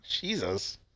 Jesus